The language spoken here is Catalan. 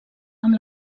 amb